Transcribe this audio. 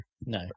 No